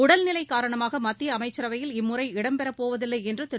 உடல்நிலை காரணமாக மத்திய அமைச்சரவையில் இம்முறை இடம் பெறப்போவதில்லை என்று திரு